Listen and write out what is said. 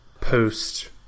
post